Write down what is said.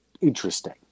interesting